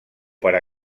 per